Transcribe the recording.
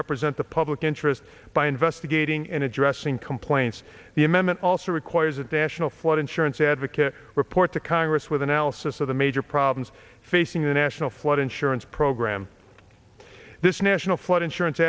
represent the public interest by investigating and addressing complaints the amendment also requires additional flood insurance advocate report to congress with analysis of the major problems facing the national flood insurance program this national flood insurance